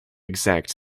exact